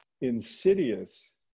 insidious